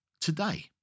today